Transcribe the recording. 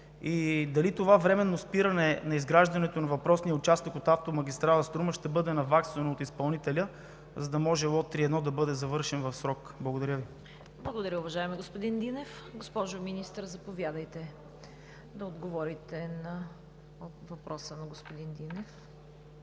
и дали това временно спиране на изграждането на въпросния участък от автомагистрала „Струма“ ще бъде наваксано от изпълнителя, за да може лот 3.1 да бъде завършен в срок? Благодаря Ви. ПРЕДСЕДАТЕЛ ЦВЕТА КАРАЯНЧЕВА: Благодаря, уважаеми господин Динев. Госпожо Министър, заповядайте да отговорите на въпроса на господин Динев.